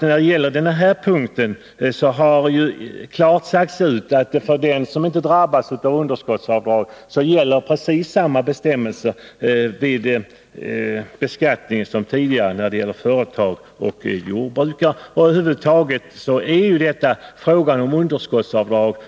När det gäller den här punkten har det klart sagts ut att för den som inte drabbas av underskottsavdrag gäller precis samma bestämmelser vid beskattningen som tidigare när det är fråga om företag och jordbrukare.